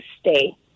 stay